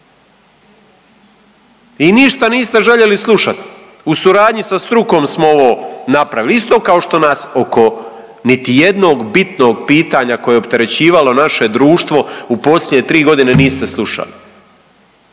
i ništa niste željeli slušati. U suradnji sa strukom smo ovo napravili isto kao što nas oko niti jednog bitnog pitanja koje je opterećivalo naše društvo u posljednje tri godine niste slušali.